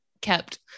kept